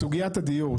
סוגיית הדיור,